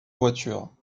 voiture